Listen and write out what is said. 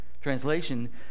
translation